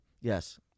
Yes